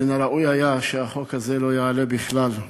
מן הראוי היה שהחוק הזה לא יעלה בכלל.